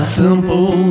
simple